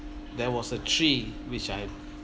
there was a tree which I